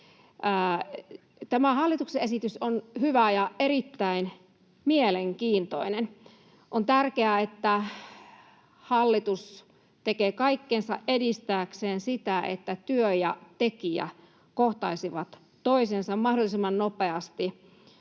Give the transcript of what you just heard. Tämä hallituksen esitys on hyvä ja erittäin mielenkiintoinen. On tärkeää, että hallitus tekee kaikkensa edistääkseen sitä, että työ ja tekijä kohtaisivat toisensa mahdollisimman nopeasti työllistymisen